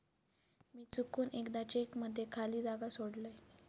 मी चुकून एकदा चेक मध्ये खाली जागा सोडलय